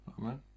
Amen